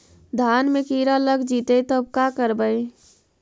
धान मे किड़ा लग जितै तब का करबइ?